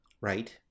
right